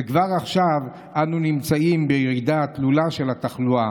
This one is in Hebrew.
וכבר עכשיו אנו נמצאים בירידה תלולה של התחלואה